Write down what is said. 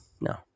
No